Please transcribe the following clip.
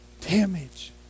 damage